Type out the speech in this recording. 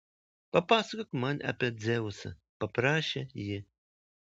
papasakok man apie dzeusą paprašė ji